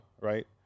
right